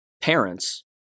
parents